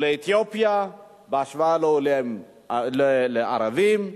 עולי אתיופיה בהשוואה לערבים,